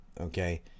Okay